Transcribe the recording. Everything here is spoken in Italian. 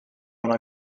una